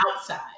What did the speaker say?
outside